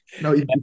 No